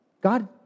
God